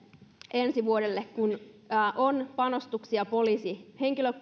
ensi vuodelle on panostuksia poliisin